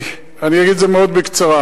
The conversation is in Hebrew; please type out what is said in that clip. אני אגיד את זה מאוד בקצרה.